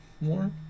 more